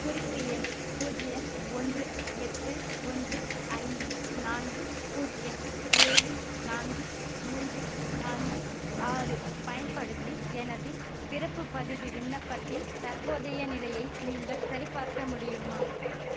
குறிப்பு எண் பூஜ்யம் ஒன்று எட்டு ஒன்று ஐந்து நான்கு பூஜ்யம் ஏழு நான்கு மூன்று நான்கு ஆறு பயன்படுத்தி எனது பிறப்பு பதிவு விண்ணப்பத்தின் தற்போதைய நிலையை நீங்கள் சரிபார்க்க முடியுமா